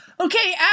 Okay